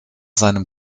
seinem